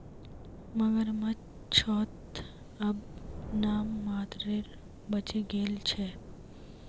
मगरमच्छ त अब नाम मात्रेर बचे गेल छ